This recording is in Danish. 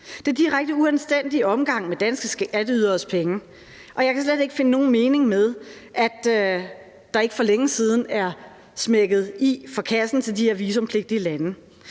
Det er direkte uanstændig omgang med danske skatteyderes penge, og jeg kan slet ikke finde nogen mening med, at kassen til de her visumpligtige lande